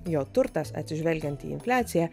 jo turtas atsižvelgiant į infliaciją